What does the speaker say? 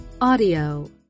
audio